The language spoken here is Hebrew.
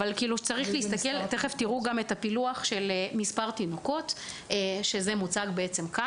תכף תראו את הפילוח של מספר תינוקות שזה מוצג כאן.